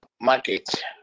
market